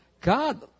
God